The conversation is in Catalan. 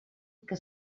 que